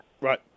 right